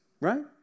right